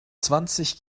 zwanzig